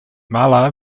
mala